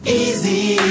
easy